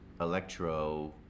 electro